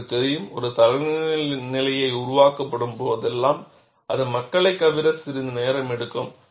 உங்களுக்குத் தெரியும் ஒரு தரநிலையை உருவாக்கப்படும்போதெல்லாம் அது மக்களைக் கவர சிறிது நேரம் எடுக்கும்